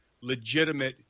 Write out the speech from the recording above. legitimate